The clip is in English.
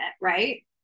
right